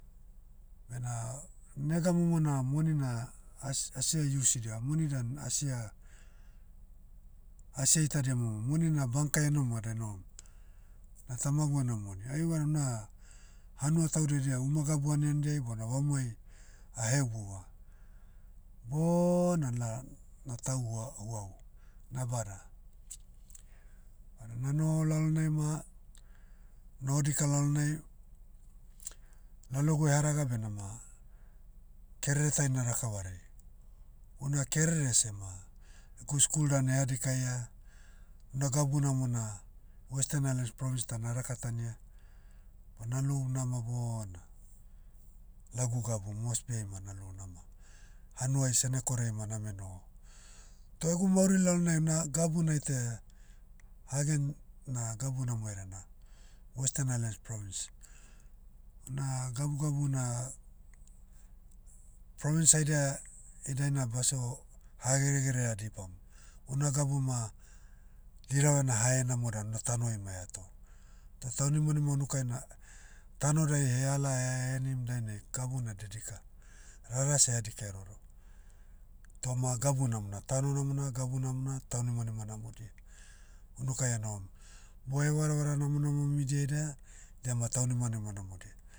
Bena, nega momo na moni na, as- asia iusidia. Moni dan asia- asia itadia momo. Moni na bankai enohom vada enohom. Na tamagu ena moni. Ai vada una, hanua taudia edia uma gabu aniandiai bona vamuai, aheubuva. Bona la- na tau hua- uahu, na bada. Vada nanoho lalonai ma, noho dika lalonai, lalogu eharaga benama, kerere tai na raka varai. Una kerere sema, egu school dan eha dikaia, una gabu namona, western highlands province da narakatania, ma nalou nama bona, lagu gabu mosbi'ai ma na lou nama, hanuai senekori'ai ma name noho. Toh egu mauri lalnai na gabu naitaia, hagen, na gabu namo hereana. Western highlands province. Una gabugabu na, province haidia, idai na baso, hageregerea dibam. Una gabu ma, diravena hahenamo dan na tanoai ma ehato. Toh taunimanima unukai na, tano dae heala hehenim dainai gabu na dedika. Rara seh eha dikaia rohoroho. Toma gabu namona. Tano namona gabu namona taunimanima namodia, unukai enohom. Bo hevaravara namonamom idia ida, idia ma taunimanima namodia.